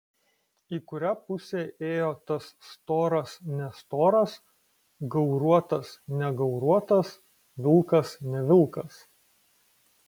į kurią pusę ėjo tas storas nestoras gauruotas negauruotas vilkas ne vilkas